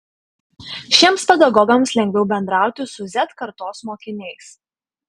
šiems pedagogams lengviau bendrauti su z kartos mokiniais